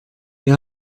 wir